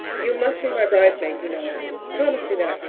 you must be my bridesmaid, you know, anne. promise me that.